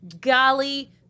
Golly